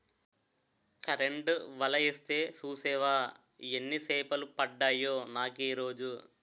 Current వల యేస్తే సూసేవా యెన్ని సేపలు పడ్డాయో నాకీరోజు?